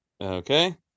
okay